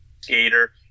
skater